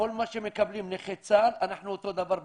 כל מה שמקבלים נכי צה"ל, אנחנו אותו דבר בזכויות.